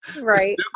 Right